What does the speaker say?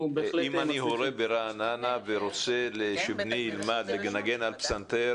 בהחלט מצליחים -- ואם אני הורה ברעננה ורוצה שבני ילמד לנגן על פסנתר,